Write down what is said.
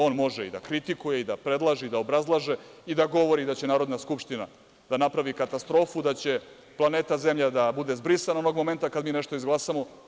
On može i da kritikuje i da predlaže i da obrazlaže i da govori da će Narodna skupština da napravi katastrofu, da će planeta zemlja da bude zbrisana onog momenta kada mi nešto izglasamo.